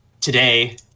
today